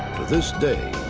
this day,